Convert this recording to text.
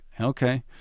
okay